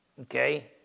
okay